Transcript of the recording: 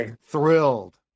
thrilled